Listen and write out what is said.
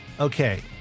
Okay